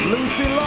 Lucy